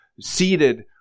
seated